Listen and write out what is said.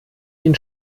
ihn